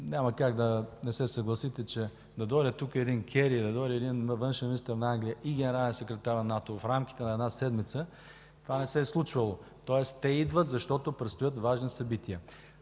Няма как да не се съгласите – да дойде тук един Кери, да дойде един външен министър на Англия и генералният секретар на НАТО в рамките на една седмица, това не се е случвало. Тоест те идват, защото предстоят важни събития.